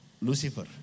Lucifer